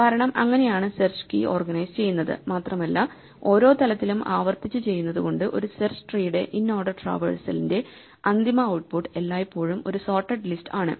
കാരണം അങ്ങനെയാണ് search key organise ചെയ്യുന്നത് മാത്രമല്ല ഓരോ തലത്തിലും ആവർത്തിച്ച് ചെയ്യുന്നത് കൊണ്ട് ഒരു സെർച്ച് ട്രീയുടെ ഇൻഓർഡർ ട്രാവേഴ്സലിന്റെ അന്തിമ ഔട്ട്പുട്ട് എല്ലായ്പ്പോഴും ഒരു സോർട്ടഡ് ലിസ്റ്റ് ആണ്